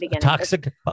Toxic